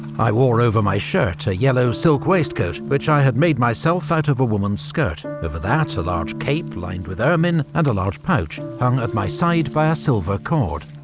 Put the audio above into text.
i wore over my shirt a yellow silk waistcoat, which i had made myself out of a woman's skirt over that a large cape lined with ermine, and a large pouch hung at my side by a silver cord.